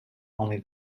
only